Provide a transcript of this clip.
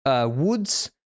Woods